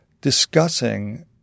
discussing